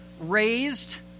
raised